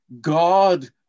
God